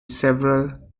several